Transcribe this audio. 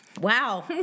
Wow